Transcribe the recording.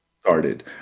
started